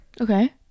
okay